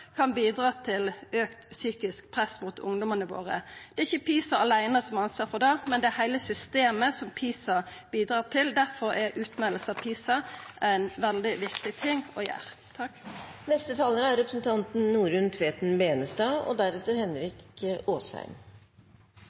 kan bidra til økt psykisk press mot ungdomane våre. Det er ikkje PISA aleine som har ansvar for det, men det er heile systemet som PISA bidrar til. Difor er utmelding av PISA ein veldig viktig ting å gjera. For meg er